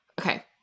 okay